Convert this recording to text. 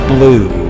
Blue